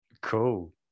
cool